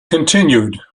continued